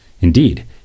Indeed